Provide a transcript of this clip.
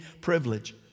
privilege